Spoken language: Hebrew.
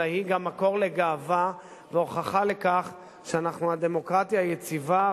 אלא היא גם מקור לגאווה והוכחה לכך שאנחנו הדמוקרטיה היציבה,